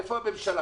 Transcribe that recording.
איפה הממשלה?